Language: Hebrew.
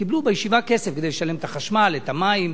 קיבלו בישיבה כסף כדי לשלם את החשמל, את המים,